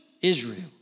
Israel